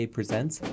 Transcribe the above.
Presents